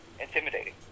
intimidating